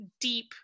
deep